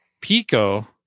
Pico